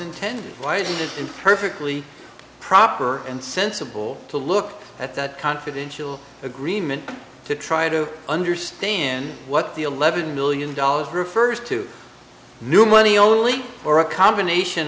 intended by it and perfectly proper and sensible to look at that confidential agreement to try to understand what the eleven million dollars refers to new money only or a combination